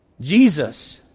Jesus